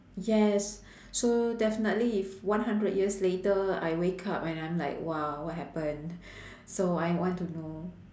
yes so definitely if one hundred years later I wake up and I'm like !wow! what happen so I want to know